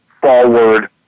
forward